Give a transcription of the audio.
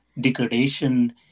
degradation